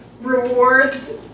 rewards